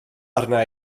arna